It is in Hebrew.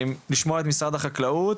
לשמוע את משרד החקלאות,